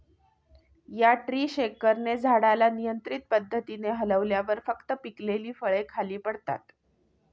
या ट्री शेकरने झाडाला नियंत्रित पद्धतीने हलवल्यावर फक्त पिकलेली फळे खाली पडतात